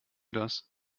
das